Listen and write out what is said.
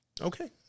Okay